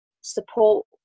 support